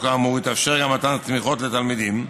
האמור יתאפשר גם מתן תמיכות לתלמידים.